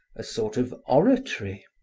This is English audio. a sort of oratory.